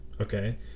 Okay